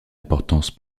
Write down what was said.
importance